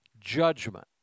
judgment